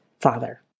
father